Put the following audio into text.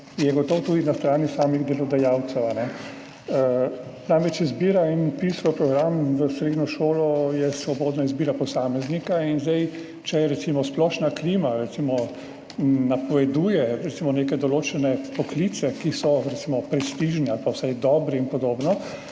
so gotovo tudi na strani samih delodajalcev. Namreč, izbira in vpis v program, v srednjo šolo je svobodna izbira posameznika, in če recimo splošna klima napoveduje neke določene poklice, ki so recimo prestižni ali pa vsaj dobri in podobno,